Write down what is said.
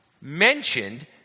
mentioned